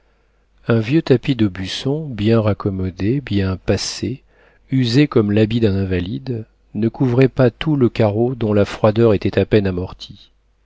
un vieux tapis d'aubusson bien raccommodé bien passé usé comme l'habit d'un invalide ne couvrait pas tout le carreau dont la froideur était à peine amortie